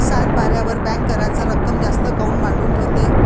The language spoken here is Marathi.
सातबाऱ्यावर बँक कराच रक्कम जास्त काऊन मांडून ठेवते?